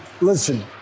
listen